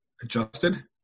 adjusted